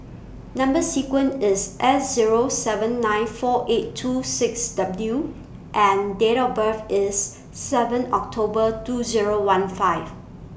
Number sequence IS S Zero seven nine four eight two six W and Date of birth IS seven October two Zero one five